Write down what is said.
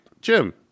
Jim